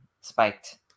spiked